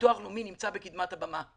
הביטוח הלאומי נמצא בקדמת הבמה.